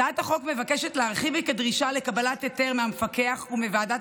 הצעת החוק מבקשת להרחיב את הדרישה לקבלת היתר מהמפקח ומוועדת